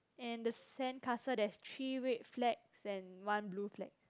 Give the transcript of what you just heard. and the sandcastle there's three red flags and one blue flag